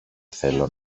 θέλω